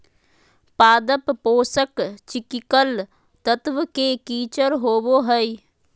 पादप पोषक चिकिकल तत्व के किचर होबो हइ